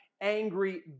angry